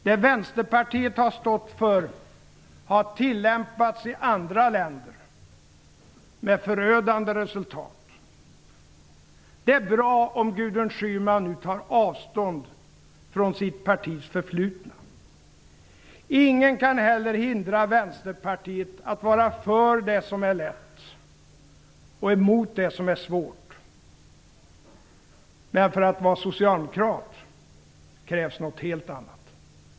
Det Vänsterpartiet har stått för har tillämpats i andra länder med förödande resultat. Det är bra om Gudrun Schyman nu tar avstånd från sitt partis förflutna. Ingen kan heller hindra Vänsterpartiet att vara för det som är lätt och emot det som är svårt. Men för att vara socialdemokrat krävs något helt annat.